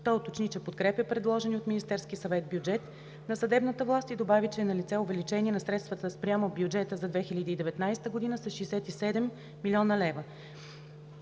Той уточни, че подкрепя предложения от Министерския съвет бюджет на съдебната власт и добави, че е налице увеличение на средствата спрямо бюджета за 2019 г. с 67 млн. лв.